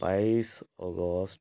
ବାଇଶ ଅଗଷ୍ଟ